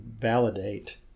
validate